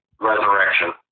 resurrection